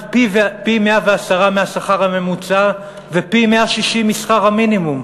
פי-110 מהשכר הממוצע ופי-160 משכר המינימום,